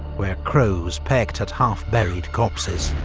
where crows pecked at half-buried corpses.